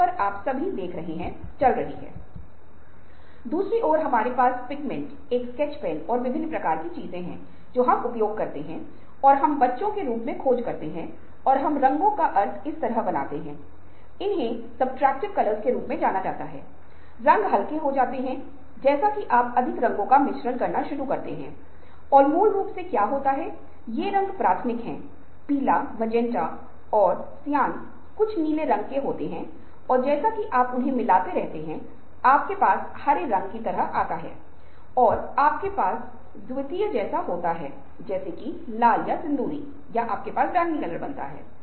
इन रचनात्मक व्यक्तियों के बारे में कहा गया है कि वे इन रचनात्मक व्यक्तियों या ऐसे व्यक्ति है जो रचनात्मक होना चाहते हैं रचनात्मक सोच पाठ चरणों के अनुक्रम के माध्यम से खेलते हैं